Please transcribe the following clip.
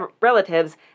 relatives